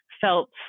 felt